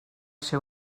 ser